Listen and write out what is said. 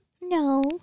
No